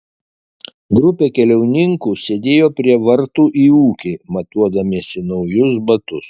grupė keliauninkų sėdėjo prie vartų į ūkį matuodamiesi naujus batus